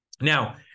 Now